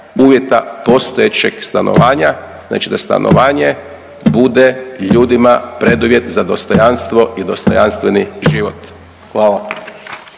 uvjeta postojećeg stanovanja, znači da stanovanje bude ljudima preduvjet za dostojanstvo i dostojansveni život. Hvala.